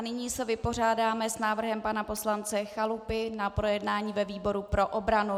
Nyní se vypořádáme s návrhem pana poslance Chalupy na projednání ve výboru pro obranu.